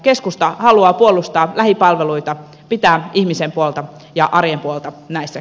keskusta haluaa puolustaa lähipalveluita pitää ihmisen puolta ja arjen puolta näistä